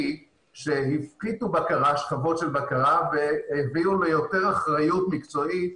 שהפחיתו שכבות של בקרה והגבילו ליותר אחריות מקצועית,